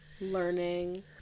learning